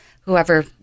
whoever